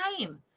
time